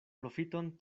profiton